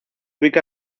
ubica